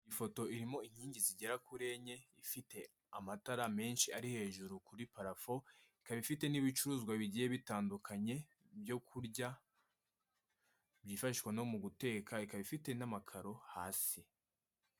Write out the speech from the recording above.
Ifoto irimo inkingi zigera kuri enye ifite amatara menshi ari hejuru kuri parafo ikaba ifite n'ibicuruzwa bigiye bitandukanye byo kurya byifashishwa no mu guteka ikaba ifite n'amakaro hasi.